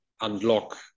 unlock